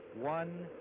one